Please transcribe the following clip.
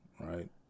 right